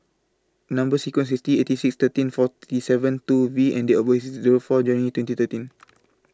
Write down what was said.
Number sequence IS T eighty six thirteen forty seven two V and Date of birth IS Zero four January twenty thirteen